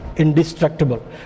Indestructible